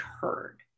heard